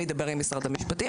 אני אדבר עם משרד המשפטים,